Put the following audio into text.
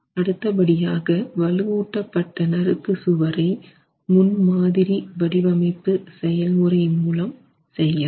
அடுத்தபடியாக வலுவூட்டப்பட்ட நறுக்கு சுவரை முன்மாதிரி வடிவமைப்பு செயல்முறை மூலம் செய்யலாம்